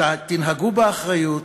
תנהגו באחריות